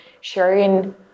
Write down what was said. sharing